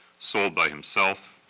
sold by himself,